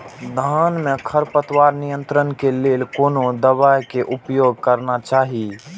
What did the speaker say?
धान में खरपतवार नियंत्रण के लेल कोनो दवाई के उपयोग करना चाही?